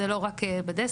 זה לא רק בדסקים.